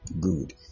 Good